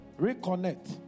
Reconnect